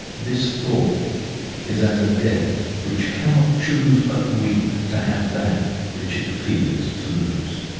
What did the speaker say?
this thought is as a death, which cannot choosebut weep to have that which it fears to lose.